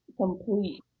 complete